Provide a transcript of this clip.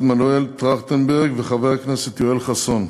מנואל טרכטנברג וחבר הכנסת יואל חסון,